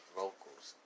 vocals